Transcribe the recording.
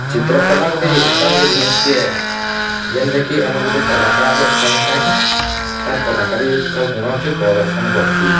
ଚିତ୍ରକଲା ଗୁଟେ ଏନ୍ତା ଗୁଟେ ଜିନିଷ୍ଟେ ଏ ଯେନ୍ଟାକି ଆମର୍ ଗୁଟେ କଲାକାର୍ ସାଙ୍ଗେ ସାଙ୍ଗେ ତାର୍ କଲାକାରୀ ଗୁଣ୍କେ ପ୍ରଦର୍ଶନ୍ କର୍ସି